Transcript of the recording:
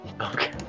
Okay